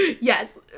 Yes